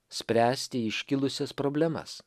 spręsti iškilusias problemas